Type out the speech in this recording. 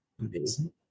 Amazing